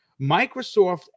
Microsoft